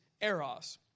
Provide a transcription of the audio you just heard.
eros